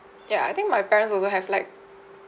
ya I think my parents also have like